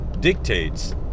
dictates